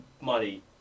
money